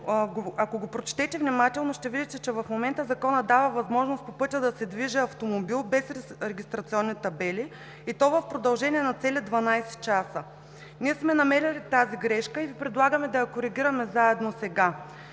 ако го прочетете внимателно, ще видите, че в момента Законът дава възможност по пътя да се движи автомобил, без регистрационни табели, и то в продължение на цели дванадесет часа. Ние сме намерили тази грешка и Ви предлагаме да я коригираме заедно сега.